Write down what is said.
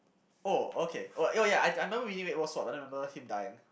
oh okay oh oh ya I I remember we reading but I don't remember him dying